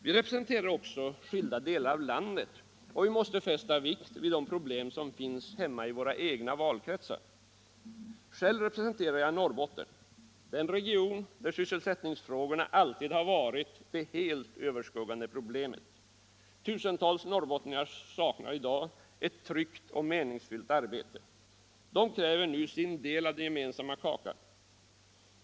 Vi representerar också skilda delar av landet och måste fästa vikt vid de problem som finns hemma i våra egna valkretsar. Själv representerar jag Norrbotten, en region där sysselsättningsfrågorna alltid har varit det allt överskuggande problemet. Tusentals norrbottningar saknar i dag ett tryggt och meningsfullt arbete. De kräver sin del av den gemensamma kakan.